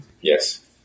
Yes